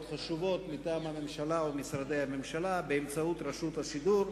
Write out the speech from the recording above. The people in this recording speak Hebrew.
חשובות מטעם הממשלה או משרדי הממשלה באמצעות רשות השידור,